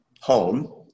home